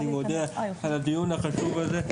אני מודה על הדיון החשוב הזה.